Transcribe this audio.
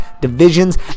divisions